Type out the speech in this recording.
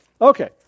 Okay